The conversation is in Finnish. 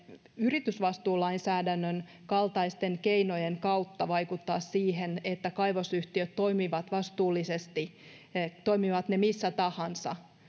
yritysvastuulainsäädännön kaltaisten keinojen kautta vaikuttaa siihen että kaivosyhtiöt toimivat vastuullisesti toimivat ne missä tahansa